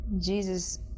Jesus